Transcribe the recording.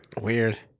Weird